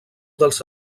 dels